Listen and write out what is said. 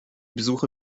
besuche